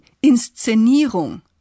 Inszenierung